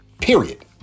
Period